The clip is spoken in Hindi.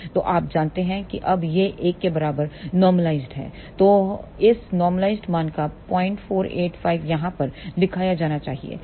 तो आप जानते हैं कि अब यह 1 के बराबर नॉर्मलाइज्ड है तो इस नॉर्मलाइज्ड मान का 0485 यहाँ पर दिखाया जाना चाहिए है